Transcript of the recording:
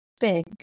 big